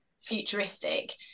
futuristic